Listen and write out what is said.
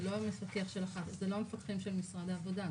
זה לא המפקחים של משרד העבודה,